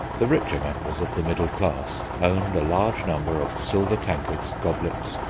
the richer members of the middle class owned a large number of silver tankards, goblets,